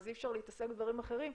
אז אי אפשר להתעסק בדברים אחרים,